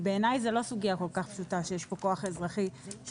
כי בעיניי זו לא סוגיה כל כך פשוטה שיש פה כוח אזרחי שנכנס.